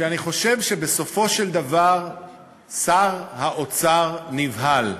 ואני חושב שבסופו של דבר שר האוצר נבהל.